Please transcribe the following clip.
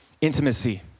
Intimacy